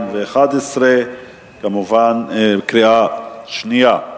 2011 בקריאה שנייה.